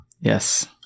Yes